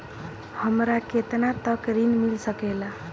हमरा केतना तक ऋण मिल सके ला?